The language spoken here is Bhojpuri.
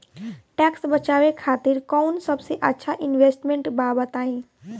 टैक्स बचावे खातिर कऊन सबसे अच्छा इन्वेस्टमेंट बा बताई?